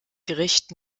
gericht